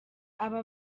aba